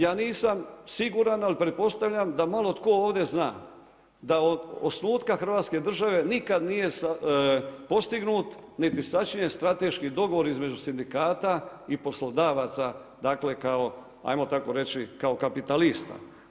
Ja nisam siguran, ali pretpostavljam da malo tko ovdje zna da od osnutka Hrvatske države nikad nije postignut niti sačinjen strateški dogovor između sindikata i poslodavaca, dakle kao hajmo tako reći kao kapitalista.